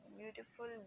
beautiful